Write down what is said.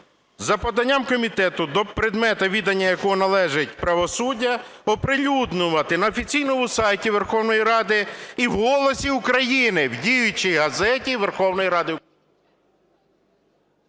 за поданням комітету, до предмету відання якого належить правосуддя, оприлюднювати на офіційному сайті Верховної Ради і в "Голосі України", в діючій газеті Верховної Ради